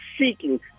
seeking